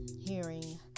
hearing